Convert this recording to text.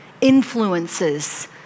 influences